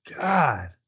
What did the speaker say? God